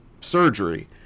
surgery